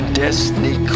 destiny